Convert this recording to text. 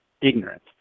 ignorance